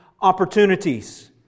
opportunities